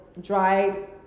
dried